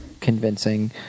convincing